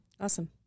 Awesome